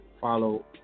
Follow